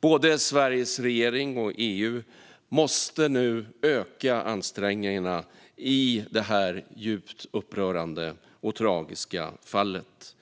Både Sveriges regering och EU måste nu öka ansträngningarna i det här djupt upprörande och tragiska fallet.